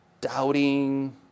doubting